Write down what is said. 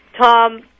tom